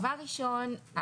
דבר ראשון,